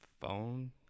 phone